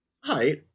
Hi